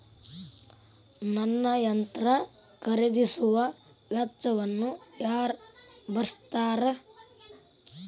ನನ್ನ ಯಂತ್ರ ಖರೇದಿಸುವ ವೆಚ್ಚವನ್ನು ಯಾರ ಭರ್ಸತಾರ್?